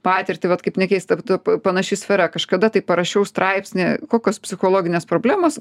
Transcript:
patirtį vat kaip nekeista pa panaši sfera kažkada tai parašiau straipsnį kokios psichologinės problemos